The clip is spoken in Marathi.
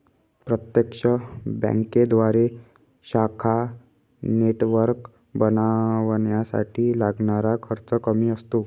प्रत्यक्ष बँकेद्वारे शाखा नेटवर्क बनवण्यासाठी लागणारा खर्च कमी असतो